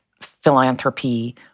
philanthropy